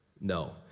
No